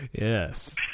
Yes